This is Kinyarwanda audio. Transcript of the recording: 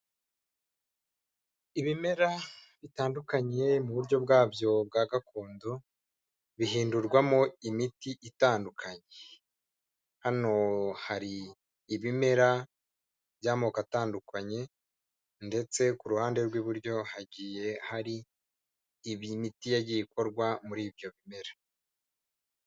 Ibimera bitandukanye mu buryo bwabyo bwa gakondo, bihindurwamo imiti itandukanye, hano hari ibimera by'amoko atandukanye ndetse ku ruhande rw'iburyo hagiye hari imiti yagiye ikorwa muri ibyo bimera.